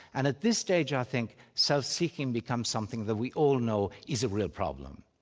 and at this stage i think self-seeking becomes something that we all know is a real problem.